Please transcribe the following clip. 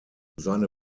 seine